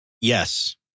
yes